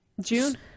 june